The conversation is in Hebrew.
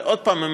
אבל עוד פעם,